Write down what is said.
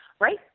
Right